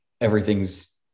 everything's